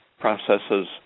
processes